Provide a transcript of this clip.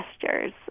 gestures